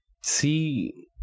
see